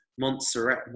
Montserrat